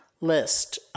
list